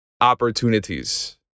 opportunities